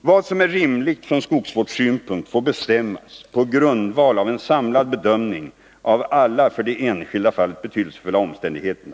Vad som är rimligt från skogsvårdssynpunkt får bestämmas på grundval av en samlad bedömning av alla för det enskilda fallet betydelsefulla omständigheter.